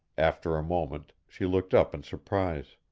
after a moment she looked up in surprise.